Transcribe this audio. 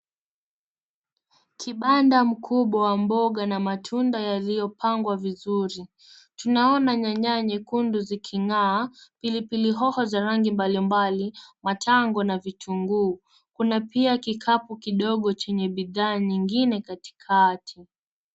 Kibanda mkubwa wa mboga na matunda yaliyipangwa vizuri. Tunaona nyanya nyekundu ziking'aa, pilipili hoho za rangi mbalimbali, matango na vitunguu. Kuna pia kikapu kidogo chenye bidhaa nyingine katikati.